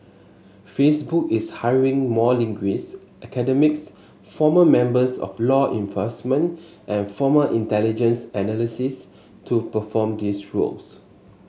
Facebook is hiring more linguists academics former members of law enforcement and former intelligence analysts to perform these roles